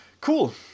Cool